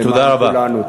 למען כולנו.